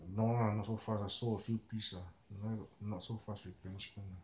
no lah not so fast lah sold a few piece lah no not so fast replenish [one] ah